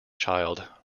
child